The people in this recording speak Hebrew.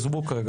עזבו כרגע,